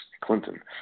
Clinton